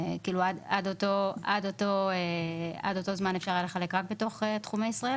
עד אותו זמן אפשר היה לחלק רק בתוך תחומי ישראל